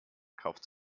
kauft